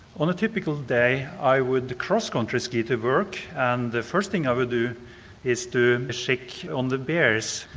on a typical day i would cross-country ski to work and the first thing i would do is to check on the bears,